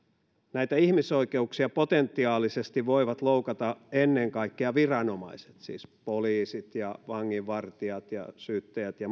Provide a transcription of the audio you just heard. näitä ihmisoikeuksia potentiaalisesti voivat loukata ennen kaikkea viranomaiset siis poliisit ja vanginvartijat ja syyttäjät ja